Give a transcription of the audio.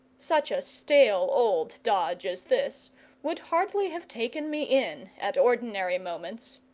such a stale old dodge as this would hardly have taken me in at ordinary moments.